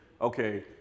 okay